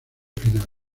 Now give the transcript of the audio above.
final